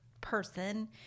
person